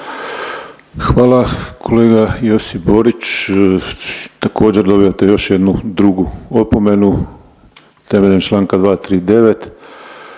Hvala, kolega Josip Borić također dobivate još jednu drugu opomenu temeljem čl. 239..